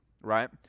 right